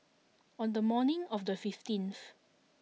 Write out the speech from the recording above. on the morning of the fifteenth